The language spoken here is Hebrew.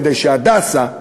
כדי ש"הדסה",